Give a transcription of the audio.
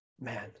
man